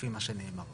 לפי מה שנאמר עכשיו.